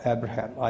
Abraham